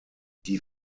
die